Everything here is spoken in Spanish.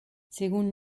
según